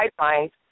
guidelines